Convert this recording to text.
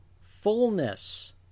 fullness